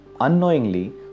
Unknowingly